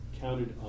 counted